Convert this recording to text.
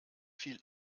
viel